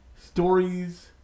stories